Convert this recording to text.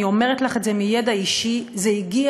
אני אומרת לך את זה מידע אישי: זה הגיע,